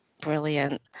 Brilliant